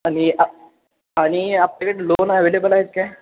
आणि आणि आपल्याकडे लोन ॲवेलेबल आहेत काय